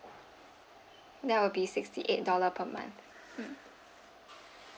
that will be sixty eight dollar per month um